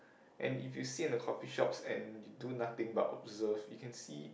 and if you sit in the coffee shops and do nothing but observe you can see